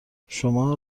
شما